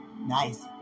nice